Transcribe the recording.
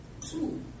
two